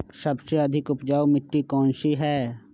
सबसे अधिक उपजाऊ मिट्टी कौन सी हैं?